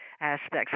aspects